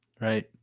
Right